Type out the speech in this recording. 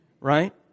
right